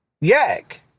yak